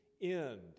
end